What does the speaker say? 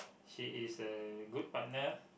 she is a good partner